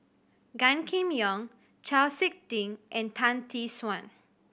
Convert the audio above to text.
Gan Kim Yong Chau Sik Ting and Tan Tee Suan